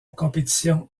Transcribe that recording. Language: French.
compétition